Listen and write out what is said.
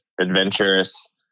adventurous